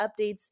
updates